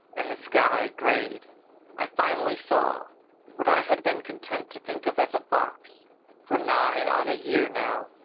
and the sky grayed i finally saw what i had been content to think of as a fox for nigh on a year now,